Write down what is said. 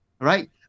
right